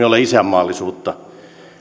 ole isänmaallisuutta